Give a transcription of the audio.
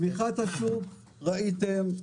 צמיחת השוק, ראיתם.